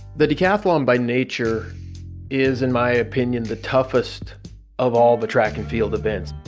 the decathlon by nature is, in my opinion, the toughest of all the track and field events